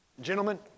Gentlemen